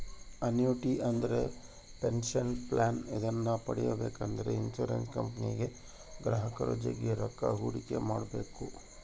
annuity ಅಂದ್ರೆ pension plan ಇದನ್ನ ಪಡೆಬೇಕೆಂದ್ರ ಇನ್ಶುರೆನ್ಸ್ ಕಂಪನಿಗೆ ಗ್ರಾಹಕರು ಜಗ್ಗಿ ರೊಕ್ಕ ಹೂಡಿಕೆ ಮಾಡ್ಬೇಕು